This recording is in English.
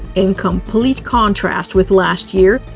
in complete contrast with last year,